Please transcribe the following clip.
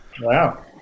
wow